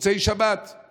במוצאי שבת הוא